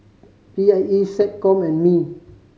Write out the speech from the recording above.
P I E SecCom and Mi